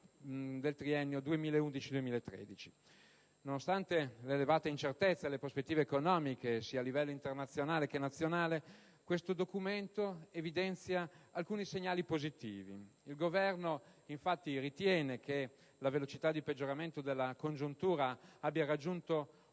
il triennio 2011-2013. Nonostante l'elevata incertezza delle prospettive economiche, sia a livello internazionale che nazionale, questo Documento evidenzia alcuni segnali positivi. Il Governo ritiene infatti che la velocità di peggioramento della congiuntura abbia raggiunto un